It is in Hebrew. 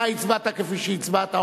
אתה הצבעת כפי שהצבעת,